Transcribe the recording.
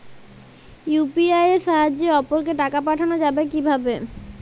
UPI এর সাহায্যে অপরকে টাকা পাঠানো যাবে কিভাবে?